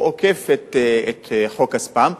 את חוק ה"ספאם".